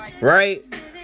Right